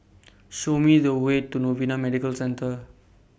Show Me The Way to Novena Medical Centre